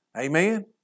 Amen